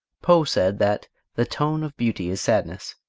poe said that the tone of beauty is sadness,